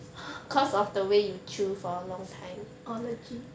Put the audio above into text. ha orh legit